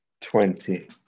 twenty